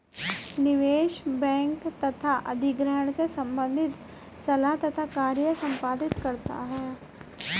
निवेश बैंक तथा अधिग्रहण से संबंधित सलाह तथा कार्य संपादित करता है